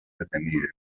detenidas